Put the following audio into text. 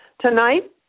tonight